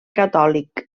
catòlic